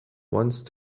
once